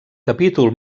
capítol